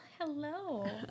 hello